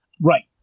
Right